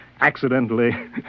accidentally